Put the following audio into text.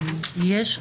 יש.